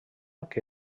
que